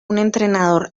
entrenador